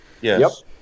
Yes